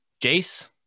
Jace